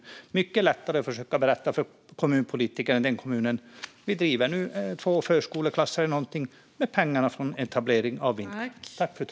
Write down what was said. Det är mycket lättare att försöka berätta för kommunpolitiker i kommunen: Vi driver nu två förskoleklasser eller någonting med pengarna från etablering av vindkraft.